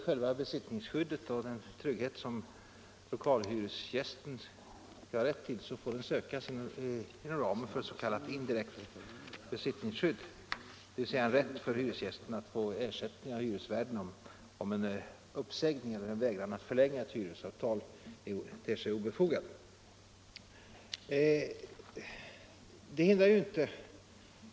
Själva besittningsskyddet och den trygghet som lokalhyresgästen skall ha rätt till får sökas inom ramen för s.k. indirekt besittningsskydd, dvs. en rätt för hyresgästen att få ersättning av hyresvärden om en uppsägning eller en vägran att förlänga ett hyresavtal ter sig obefogat.